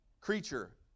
creature